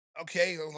okay